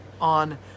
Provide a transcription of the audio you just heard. on